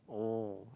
oh